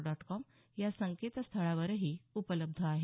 dot com या संकेतस्थळावरही उपलब्ध आहे